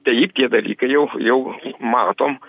taip tie dalykai jau jau matom